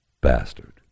bastard